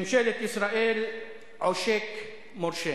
ממשלת ישראל, עושק מורשה.